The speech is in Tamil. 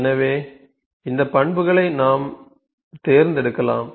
எனவே இந்த பண்புகளை நாம் தேர்ந்தெடுக்கலாம்